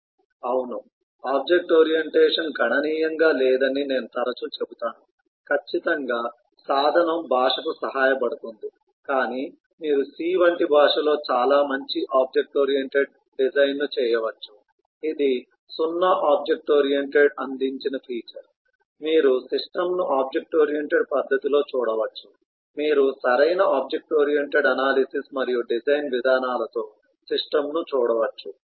అవును object orientation గణనీయంగా లేదని నేను తరచూ చెబుతాను ఖచ్చితంగా సాధనం భాషకు సహాయపడుతుంది కాని మీరు C వంటి భాషలో చాలా మంచి ఆబ్జెక్ట్ ఓరియెంటెడ్ డిజైన్ను చేయవచ్చు ఇది సున్నా ఆబ్జెక్ట్ ఓరియెంటెడ్ అందించిన ఫీచర్ మీరు సిస్టమ్ను ఆబ్జెక్ట్ ఓరియెంటెడ్ పద్ధతిలో చూడవచ్చు మీరు సరైన ఆబ్జెక్ట్ ఓరియెంటెడ్ అనాలిసిస్ మరియు డిజైన్ విధానాలతో సిస్టమ్ను చూడవచ్చు